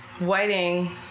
waiting